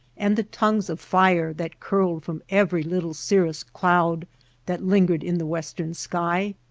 and the tongues of fire that curled from every little cirrus cloud that lin gered in the western sky?